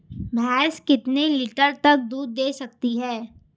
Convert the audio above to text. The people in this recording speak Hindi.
भैंस कितने लीटर तक दूध दे सकती है?